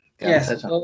yes